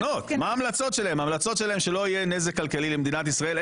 ההמלצות שלהם הן שלא יהיה נזק כלכלי למדינת ישראל,